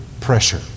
pressure